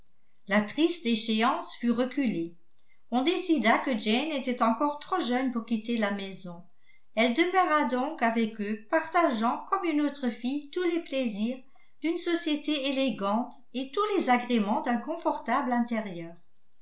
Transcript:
la triste échéance fut reculée on décida que jane était encore trop jeune pour quitter la maison elle demeura donc avec eux partageant comme une autre fille tous les plaisirs d'une société élégante et tous les agréments d'un confortable intérieur